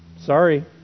Sorry